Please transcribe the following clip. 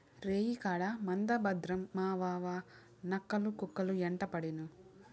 రేయికాడ మంద భద్రం మావావా, నక్కలు, కుక్కలు యెంటపడేను